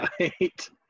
right